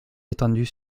étendus